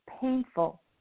painful